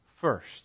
first